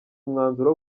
umwanzuro